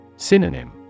Synonym